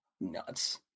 Nuts